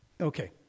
Okay